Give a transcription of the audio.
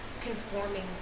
conforming